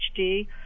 HD